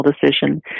decision